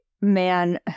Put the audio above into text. man